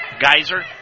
Geyser